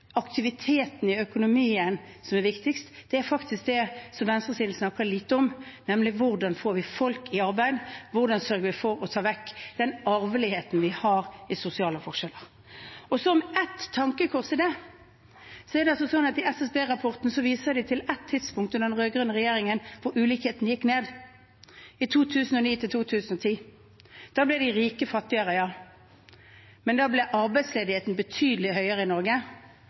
aktiviteten i økonomien som er viktigst, men det er faktisk det som venstresiden snakker lite om, nemlig hvordan vi får folk i arbeid, hvordan vi sørger for å ta vekk den arveligheten vi har i sosiale forskjeller. Et tankekors knyttet til det: I SSB-rapporten viser de til et tidspunkt under den rød-grønne regjeringen hvor ulikheten gikk ned, i 2009–2010. Da ble de rike fattigere, ja, men da ble arbeidsledigheten betydelig høyere i Norge.